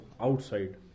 outside